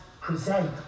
present